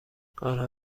آنها